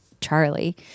Charlie